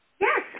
Yes